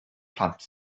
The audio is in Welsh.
plant